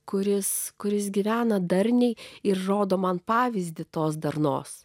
kuris kuris gyvena darniai ir rodo man pavyzdį tos darnos